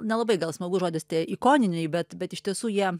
nelabai gal smagus žodis tie ikoniniai bet bet iš tiesų jie